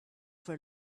for